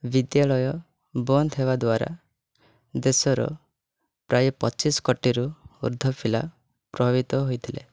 ବିଦ୍ୟାଳୟ ବନ୍ଦ ହେବା ଦ୍ଵାରା ଦେଶର ପ୍ରାୟ ପଚିଶି କୋଟିରୁ ଉର୍ଦ୍ଧ୍ୱ ପିଲା ପ୍ରଭାବିତ ହୋଇଥିଲେ